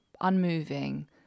unmoving